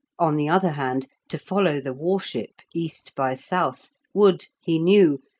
on the other hand, to follow the war-ship, east by south, would, he knew,